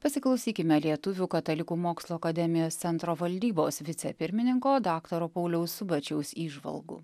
pasiklausykime lietuvių katalikų mokslo akademijos centro valdybos vicepirmininko daktaro pauliaus subačiaus įžvalgų